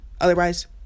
Otherwise